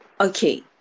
okay